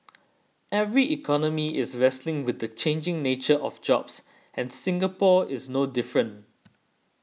every economy is wrestling with the changing nature of jobs and Singapore is no different